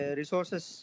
resources